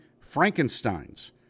Frankensteins